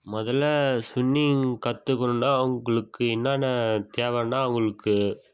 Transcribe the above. முதல்ல ஸ்விம்மிங் கற்றுக்கணுன்னா உங்களுக்கு என்னென்ன தேவைன்னா உங்களுக்கு